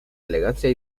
elegancia